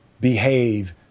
behave